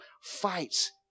fights